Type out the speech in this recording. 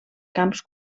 camps